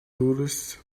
tourists